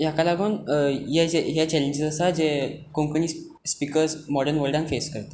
हाका लागोन ह्या चॅलेंजिसा जे कोंकणी स्पिकर्स मॉर्डन वर्ल्डान फेस करता